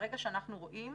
ברגע שאנחנו רואים,